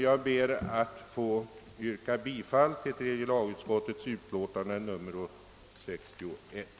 Jag ber att få yrka bifall till tredje lagutskottets hemställan i utlåtandet nr 61.